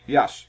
Yes